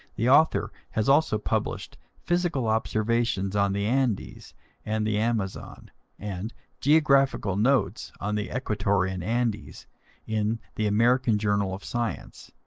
the author has also published physical observations on the andes and the amazon and geological notes on the ecuadorian andes in the american journal of science,